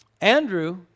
Andrew